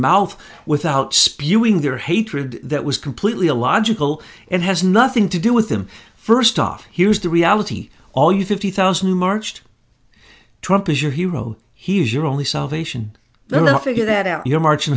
mouth without spewing their hatred that was completely illogical and has nothing to do with them first off here's the reality all you fifty thousand marched trump is your hero he's your only salvation they'll figure that out you're marching